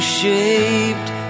shaped